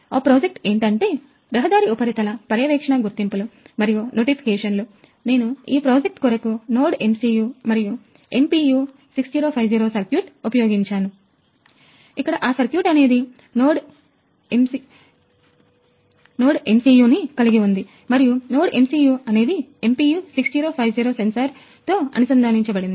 ఆ ప్రాజెక్ట్ ఏంటంటే రహదారి ఉపరితల పర్యవేక్షణ గుర్తింపులు మరియు నోటిఫికేషన్లు ఉపయోగించాను ఇక్కడ అ సర్క్యూట్ అనేది NodeMCU ని కలిగి ఉంది మరియుNodeMCU అనేది MPU 6050 సెన్సార్సార్ sensor తో అనుసంధానించబడి ఉంది